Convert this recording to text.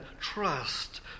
trust